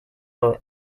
are